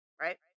right